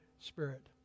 Spirit